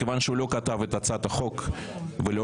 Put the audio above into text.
מכיוון שהוא לא כתב את הצעת החוק ולא